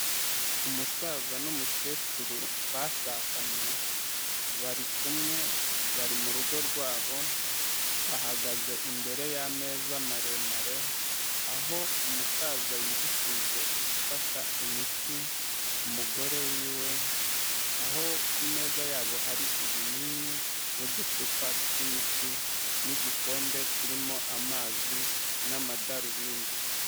Umusaza n'umukecuru bashakanye, bari kumwe, bari mu rugo rwabo, bahagaze imbere y'ameza maremare, aho umusaza yibukije gufata imiti umugore wiwe, aho ku meza yabo hari ibinini n'uducupa tw'imiti n'igikombe kirimo amazi n'amadarubindi.